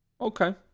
Okay